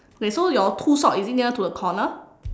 okay so your two sock is it near to the corner